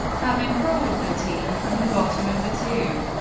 having brought the team from the bottom of the two.